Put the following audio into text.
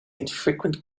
infrequent